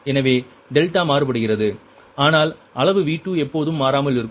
எனவே டெல்டா மாறுபடுகிறது ஆனால் அளவு V2 எப்போதும் மாறாமல் இருக்கும்